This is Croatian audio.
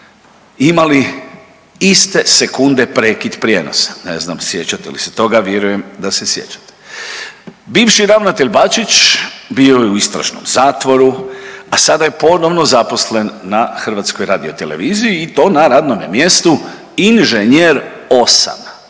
imali iste sekunde prekid prijenosa, ne znam sjećate li se toga vjerujem da se sjećate. Bivši ravnatelj Bačić bio je u istražnom zatvoru, a sada je ponovno zaposlen na HRT-u i to na radnome mjestu inženjer